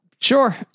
sure